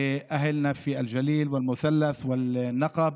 להלן תרגומם: החוק הזה הוא חוק חשוב מאוד למועצות שלנו,